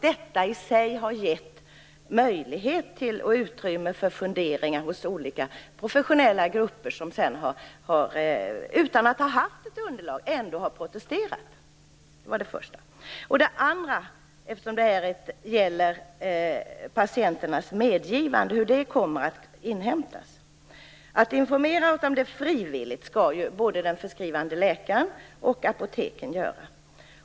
Detta i sig har gett utrymme till funderingar hos olika professionella grupper som - trots att de inte har haft tillgång till något underlag - ändå har protesterat? Hur kommer patienternas medgivande att inhämtas? Att informera om frivilligheten skall både den förskrivande läkaren och apoteken göra.